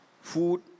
food